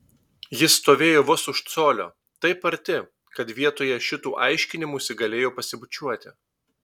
jis stovėjo vos už colio taip arti kad vietoje šitų aiškinimųsi galėjo pasibučiuoti